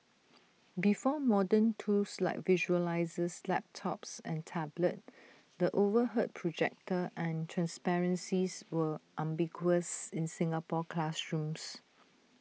before modern tools like visualisers laptops and tablets the overhead projector and transparencies were ubiquitous in Singapore classrooms